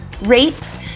rates